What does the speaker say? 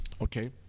Okay